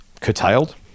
curtailed